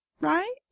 right